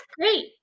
great